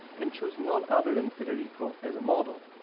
and chose none other than federico as a model,